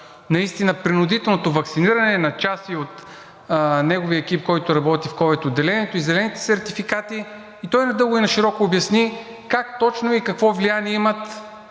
наистина за принудителното ваксиниране на части от неговия екип, който работи в ковид отделението, и зелените сертификати. Той надълго и нашироко обясни как точно и какво влияние имат